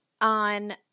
on –